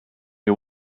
you